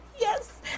Yes